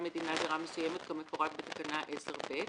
מדינה זרה מסוימת כמפורט בתקנה 10(ב)